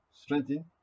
strengthen